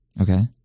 Okay